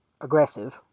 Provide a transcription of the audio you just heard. aggressive